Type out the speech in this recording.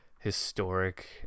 historic